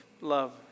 love